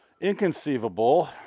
Inconceivable